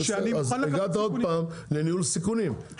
אז הגעת עוד פעם לניהול סיכונים,